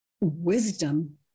wisdom